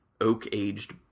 oak-aged